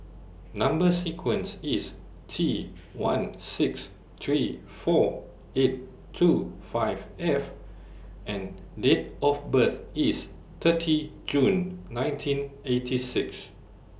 Number sequence IS T one six three four eight two five F and Date of birth IS thirty June nineteen eighty six